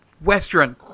Western